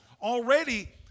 already